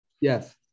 yes